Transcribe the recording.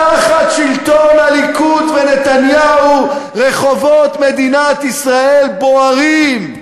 תחת שלטון הליכוד ונתניהו רחובות מדינת ישראל בוערים,